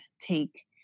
take